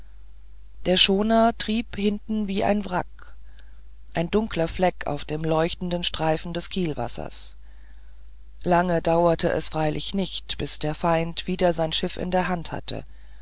der schoner trieb hinten wie ein wrack ein dunkler fleck auf dem leuchtenden streifen des kielwassers lange dauerte es freilich nicht bis der feind wieder sein schiff in der hand hatte